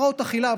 הפרעות אכילה,